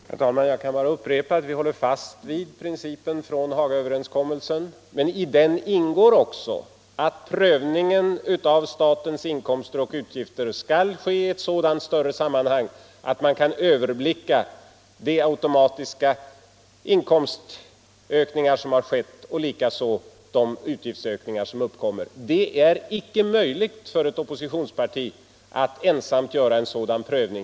Herr talman! Jag kan bara upprepa att vi håller fast vid principen från Hagaöverenskommelsen. Men i den ingår också att prövningen av statens inkomster och utgifter skall ske i sådant större sammanhang att man kan överblicka de automatiska inkomstökningar som skett och de utgiftsökningar som uppkommit. Det är inte möjligt för ett oppositionsparti att ensamt göra en sådan prövning.